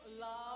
love